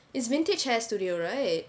is vintage hair studio right